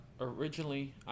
originally